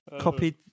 Copied